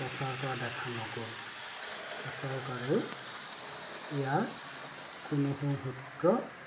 প্ৰচাৰ কৰা দেখা নগ'ল চৰকাৰেও ইয়াৰ কোনো শুং সূত্ৰ